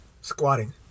squatting